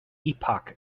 epoch